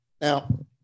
now